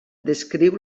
descriu